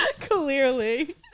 Clearly